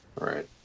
Right